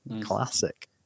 classic